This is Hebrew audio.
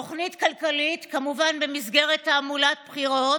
תוכנית כלכלית, כמובן, במסגרת תעמולת בחירות,